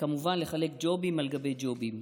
וכמובן לחלק ג'ובים על גבי ג'ובים?